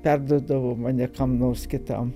perduodavo mane kam nors kitam